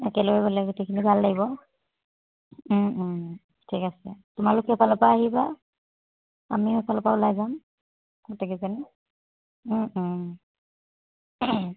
একেলগে গ'লে গোটেইখিনি গ'লে ভাল লাগিব ঠিক আছে তোমালোক সেইফালৰ পৰা আহিবা আমিও এইফালৰ পৰা ওলাই যাম গোটেইকিজনী